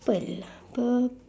~ple lah pur~